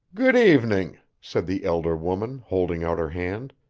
good evening, said the elder woman, holding out her hand.